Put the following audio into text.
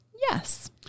Yes